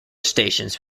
stations